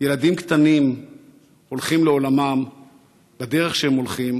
ילדים קטנים הולכים לעולמם בדרך שהם הולכים.